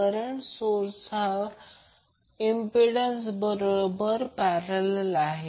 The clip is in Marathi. करंट सोर्स हा प्रति बाध सोबत पॅरलल आहे